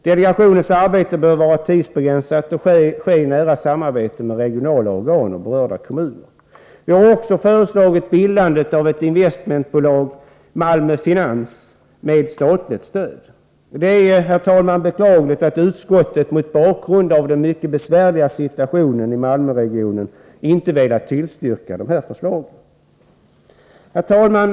Delegationens arbete bör vara tidsbegränsat och ske i nära samarbete med regionala organ och berörda kommuner. Slutligen har vi föreslagit bildandet av ett investmentbolag, Malmö Finans, med statligt stöd. Mot bakgrund av den mycket besvärliga situationen i Malmöregionen är det beklagligt att utskottet inte har velat tillstyrka dessa förslag. Herr talman!